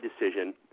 decision